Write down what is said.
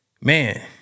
man